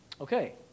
Okay